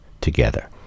together